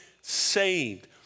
saved